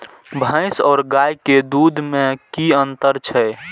भैस और गाय के दूध में कि अंतर छै?